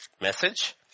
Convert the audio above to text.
message